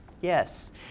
yes